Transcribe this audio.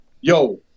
Yo